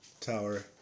Tower